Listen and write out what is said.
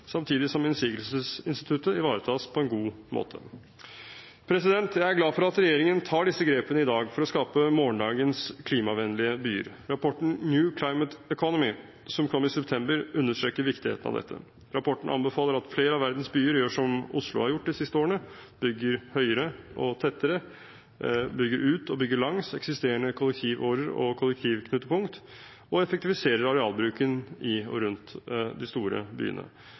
samtidig som innsigelsesinstituttet ivaretas på en god måte. Jeg er glad for at regjeringen tar disse grepene i dag for å skape morgendagens klimavennlige byer. Rapporten The New Climate Economy, som kom i september, understreker viktigheten av dette. Rapporten anbefaler at flere av verdens byer gjør som Oslo har gjort de siste årene, bygger høyere og tettere, bygger ut og bygger langs eksisterende kollektivårer og kollektivknutepunkt og effektiviserer arealbruken i og rundt de store byene.